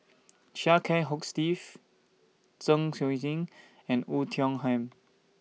Chia Kiah Hong Steve Zeng Shouyin and Oei Tiong Ham